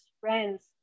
friends